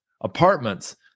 Apartments